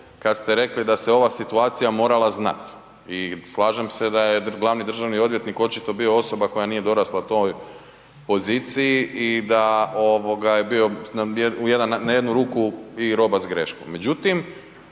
kada ste rekli da se ova situacija morala znat i slažem da se da je glavni državni odvjetnik očito bio osoba koja nije dorasla toj poziciji i da je bio u jednu ruku i roba s greškom.